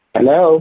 Hello